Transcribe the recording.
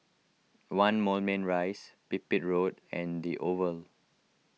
one Moulmein Rise Pipit Road and the Oval